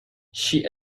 she